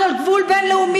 אנחנו על גבול בין-לאומי,